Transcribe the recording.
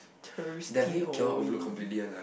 thirsty boy